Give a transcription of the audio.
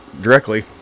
directly